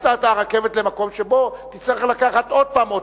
למקום שבו תצטרך לקחת עוד פעם אוטובוס.